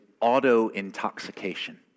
auto-intoxication